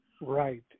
Right